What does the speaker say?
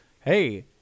hey